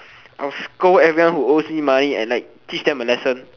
I would scold everyone who owes me money and teach them a lesson